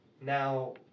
now